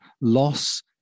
loss